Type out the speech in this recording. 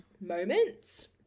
moments